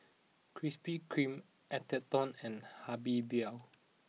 Krispy Kreme Atherton and Habibie